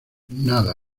nada